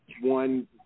one